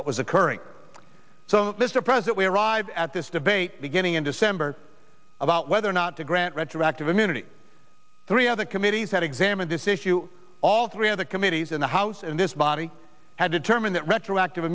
what was occurring so this is a present we arrived at this debate beginning in december about whether or not to grant retroactive immunity three other committees that examine this issue all three of the committees in the house and this body had determined that retroactive